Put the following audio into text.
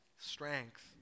strength